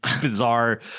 bizarre